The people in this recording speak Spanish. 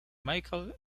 michael